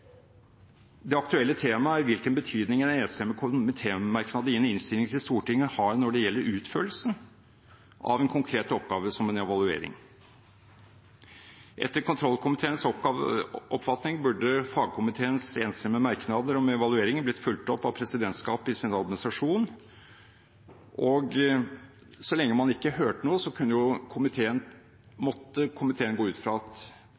Det aktuelle temaet er hvilken betydning en enstemmig komitémerknad i en innstilling til Stortinget har når det gjelder utførelsen av en slik konkret oppgave som en evaluering. Etter kontrollkomiteens oppfatning burde fagkomiteens enstemmige merknader om evalueringen blitt fulgt opp av presidentskapet i dets administrasjon. Så lenge man ikke hørte noe, måtte komiteen gå ut fra at